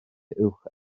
uwch